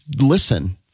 listen